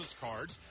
cards